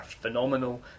phenomenal